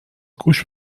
گوش